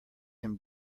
him